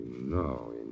no